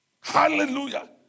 hallelujah